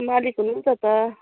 मालिक हुनुहुन्छ त